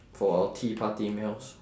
for our tea party meals